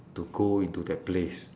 to go into that place